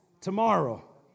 tomorrow